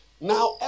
now